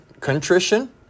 Contrition